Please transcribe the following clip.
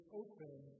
open